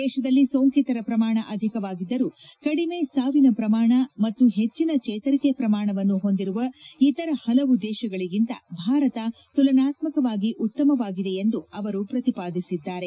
ದೇಶದಲ್ಲಿ ಸೋಂಕಿತರ ಪ್ರಮಾಣ ಅಧಿಕವಾಗಿದ್ದರೂ ಕಡಿಮೆ ಸಾವಿನ ಪ್ರಮಾಣ ಮತ್ತು ಹೆಚ್ಚಿನ ಚೇತರಿಕೆ ಪ್ರಮಾಣವನ್ನು ಹೊಂದಿರುವ ಇತರ ಹಲವು ದೇಶಗಳಿಗಿಂತ ಭಾರತ ತುಲನಾತ್ಮಕವಾಗಿ ಉತ್ತಮವಾಗಿದೆ ಎಂದು ಅವರು ಪ್ರತಿಪಾದಿಸಿದ್ದಾರೆ